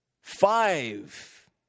Five